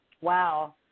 Wow